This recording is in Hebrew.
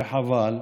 וחבל,